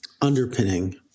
underpinning